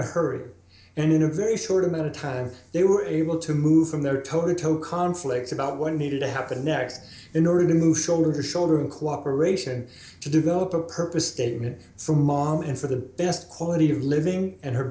her and in a very short amount of time they were able to move from their toto conflicts about when needed to have the next in order to move shoulder to shoulder and cooperation to do go a purpose statement from mom and for the best quality of living at her